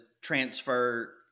transfer